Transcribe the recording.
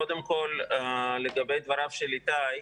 קודם כול, לגבי דבריו של איתי,